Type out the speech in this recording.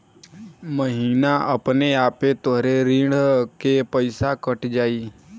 महीना अपने आपे तोहरे ऋण के पइसा कट जाई